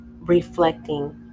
reflecting